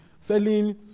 selling